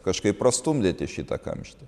kažkaip prastumdyti šitą kamštį